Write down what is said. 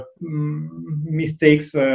mistakes